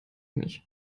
nicht